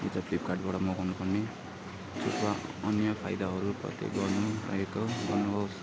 फ्लिपकार्टबाट मगाउनुपर्ने